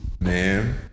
Man